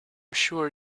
sure